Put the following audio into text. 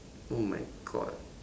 oh my god